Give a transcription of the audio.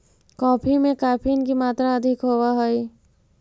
coffee में caffeine की मात्रा अधिक होवअ हई